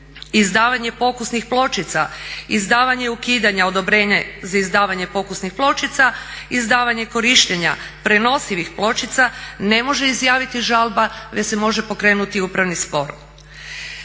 izdavanje pokusnih pločica, izdavanje ukidanja odobrenja za izdavanje pokusnih pločica, izdavanje korištenja prenosivih pločica ne može izjaviti žalba, već se može pokrenuti upravni spor.